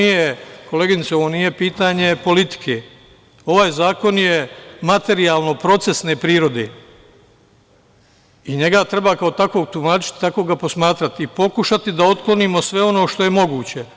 I koleginice, ovo nije pitanje politike, ovaj zakon je materijalno procesne prirode i njega treba kao takvog tumačiti, i tako ga posmatrati i pokušati da otklonimo sve ono što je moguće.